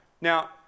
Now